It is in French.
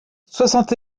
soixante